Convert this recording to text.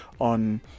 on